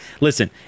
listen